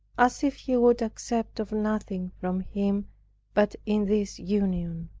as if he would accept of nothing from him but in this union.